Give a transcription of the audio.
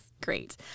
great